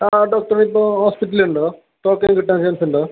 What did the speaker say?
ആ ഡോക്ടറ് ഇപ്പോൾ ഹോസ്പിറ്റലിലുണ്ടോ ടോക്കൺ കിട്ടാൻ ചാൻസുണ്ടോ